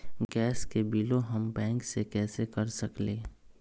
Gas के बिलों हम बैंक से कैसे कर सकली?